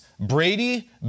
Brady